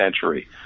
century